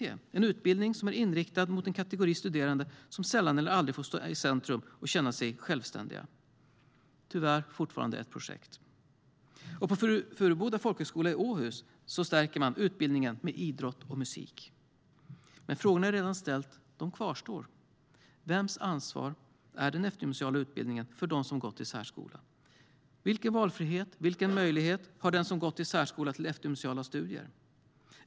Det är en utbildning som är inriktad mot en kategori studerande som sällan eller aldrig får stå i centrum och känna sig självständiga. Det är tyvärr fortfarande ett projekt. Och på Furuboda folkhögskola i Åhus stärker man utbildningen med idrott och musik. Men frågorna jag redan har ställt kvarstår. Vems ansvar är den eftergymnasiala utbildningen för den som gått i särskola? Vilken valfrihet och vilken möjlighet har den som gått i särskola till eftergymnasiala studier?